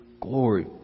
glory